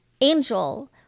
Angel